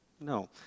No